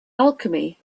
alchemy